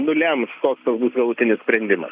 nulems koks tas bus galutinis sprendimas